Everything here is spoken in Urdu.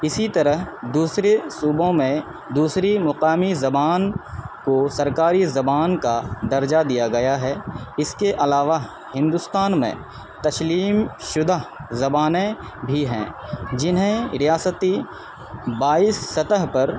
اسی طرح دوسرے صوبوں میں دوسری مقامی زبان کو سرکاری زبان کا درجہ دیا گیا ہے اس کے علاوہ ہندوستان میں تسلیم شدہ زبانیں بھی ہیں جنہیں ریاستی بائیس سطح پر